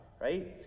right